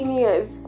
years